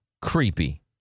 creepy